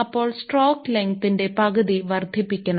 അപ്പോൾ സ്ട്രോക്ക് ലെങ്തിന്റെ പകുതി വർദ്ധിപ്പിക്കണം